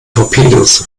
torpedos